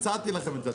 הצעתי לכם את זה.